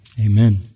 Amen